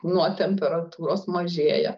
nuo temperatūros mažėja